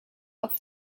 off